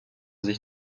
sich